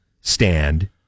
stand